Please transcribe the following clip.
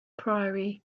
priory